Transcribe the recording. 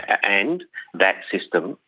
and that system,